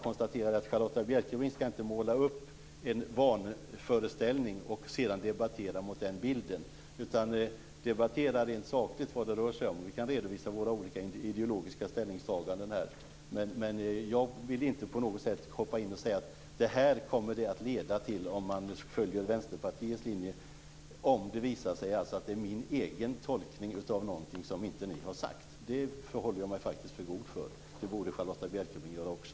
Men Charlotta Bjälkebring ska inte måla upp en vanföreställning och sedan debattera utifrån den bilden. Debattera rent sakligt om vad det rör sig om! Vi kan redovisa våra olika ideologiska ställningstaganden här. Men jag vill inte på något sätt hoppa in och säga att det här kommer det att leda till om man följer Vänsterpartiets linje, om det visar sig att det är min egen tolkning av något som ni inte har sagt. Det håller jag mig faktiskt för god för. Det borde också